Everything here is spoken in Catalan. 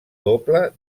doble